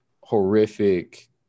horrific